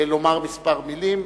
לומר כמה מלים,